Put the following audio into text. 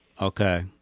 Okay